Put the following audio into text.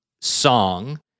song